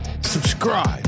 subscribe